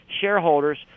shareholders